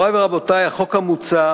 מורי ורבותי, החוק המוצע